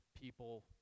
people